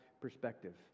perspective